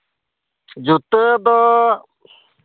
ᱡᱩᱛᱟᱹ ᱫᱚ